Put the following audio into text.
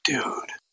Dude